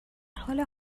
حال